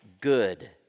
good